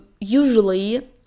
usually